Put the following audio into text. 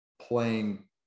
playing